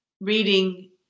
reading